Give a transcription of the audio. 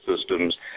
systems